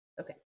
Okay